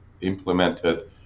implemented